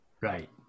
Right